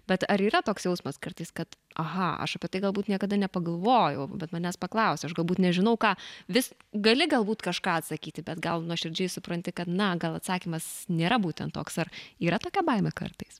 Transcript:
bet ar yra toks jausmas kartais kad aha aš apie tai galbūt niekada nepagalvojau bet manęs paklausė aš galbūt nežinau ką vis gali galbūt kažką atsakyti bet gal nuoširdžiai supranti kad na gal atsakymas nėra būtent toks ar yra tokia baimė kartais